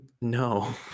no